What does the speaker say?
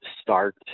start